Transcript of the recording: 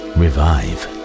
revive